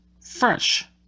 fresh